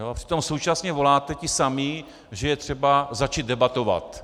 Přitom současně voláte, ti samí, že je třeba začít debatovat.